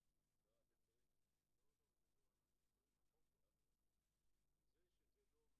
זה המקצוע שלה, זה התפקיד שלה, אז קודם